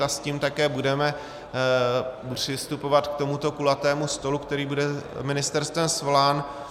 A s tím také budeme přistupovat k tomuto kulatému stolu, který bude ministerstvem svolán.